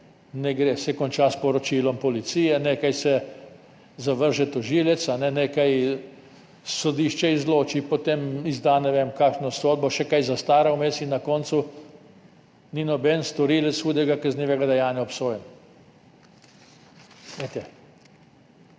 ne gre, se konča s poročilom policije, nekaj zavrže tožilec, nekaj sodišče izloči, potem izda ne vem kakšno sodbo, še kaj zastara vmes in na koncu ni noben storilec hudega kaznivega dejanja obsojen.